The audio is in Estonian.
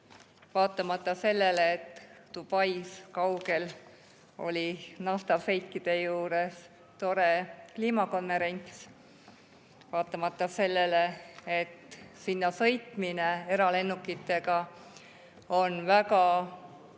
vaatamata sellele, et kaugel Dubais oli naftašeikide juures tore kliimakonverents, vaatamata sellele, et sinna sõitmine eralennukitega on väga kahjulik